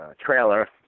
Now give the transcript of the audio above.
trailer